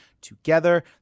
together